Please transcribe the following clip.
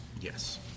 Yes